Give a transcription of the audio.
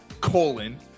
colon